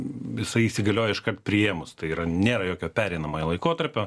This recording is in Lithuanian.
jsai įsigalioja iškart priėmus tai yra nėra jokio pereinamojo laikotarpio